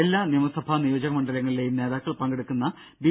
എല്ലാ നിയമസഭാ നിയോജക മണ്ഡലങ്ങളിലേയും നേതാക്കൾ പങ്കെടുക്കുന്ന ബി